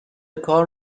کار